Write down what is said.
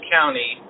County